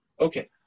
Okay